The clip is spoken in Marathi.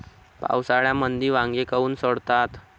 पावसाळ्यामंदी वांगे काऊन सडतात?